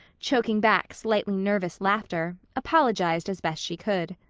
choking back slightly nervous laughter, apologized as best she could.